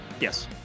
yes